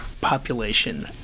population